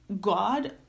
god